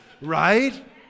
right